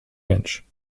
mensch